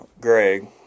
Greg